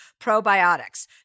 probiotics